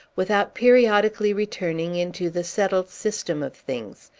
without periodically returning into the settled system of things,